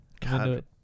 God